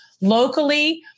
locally